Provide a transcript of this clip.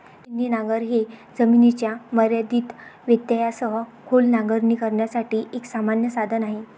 छिन्नी नांगर हे जमिनीच्या मर्यादित व्यत्ययासह खोल नांगरणी करण्यासाठी एक सामान्य साधन आहे